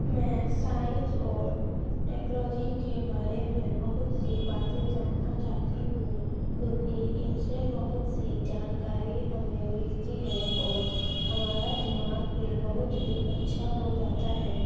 میں سائنس اور ٹیکنالوجی کے بارے میں بہت سی باتیں جاننا چاہتی ہوں کیونکہ ان سے بہت سی جانکاری ہمیں ملتی ہیں اور ہمارا دماغ بھی بہت ہی اچھا ہو جاتا ہے